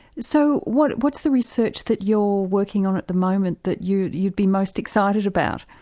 so what's what's the research that you're working on at the moment that you'd you'd be most excited about?